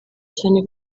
cyane